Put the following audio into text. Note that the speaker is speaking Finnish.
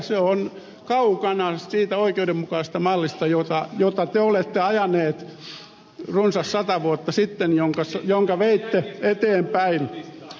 se on kaukana siitä oikeudenmukaisesta mallista jota te olette ajaneet runsas sata vuotta sitten jonka veitte eteenpäin